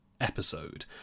Episode